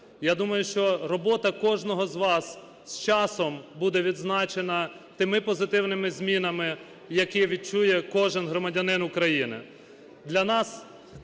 Я думаю, що робота кожного з вас з часом буде відзначена тими позитивними змінами, які відчує кожен громадянин України.